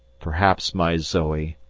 perhaps, my zoe,